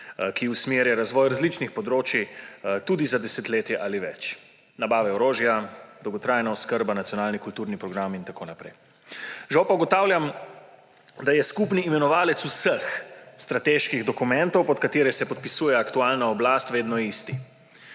ki usmerja razvoj različnih področij tudi za desetletje ali več: nabava orožja, dolgotrajna oskrba, nacionalni kulturni program in tako naprej. Žal pa ugotavljam, da je skupni imenovalec vseh strateških dokumentov, pod katere se podpisuje aktualna oblast, vedno isti: